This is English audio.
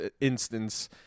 instance